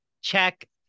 check